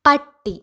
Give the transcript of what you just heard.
പട്ടി